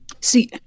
see